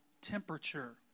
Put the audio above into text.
temperature